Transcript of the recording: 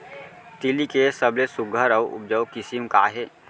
तिलि के सबले सुघ्घर अऊ उपजाऊ किसिम का हे?